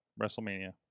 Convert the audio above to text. WrestleMania